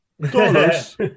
dollars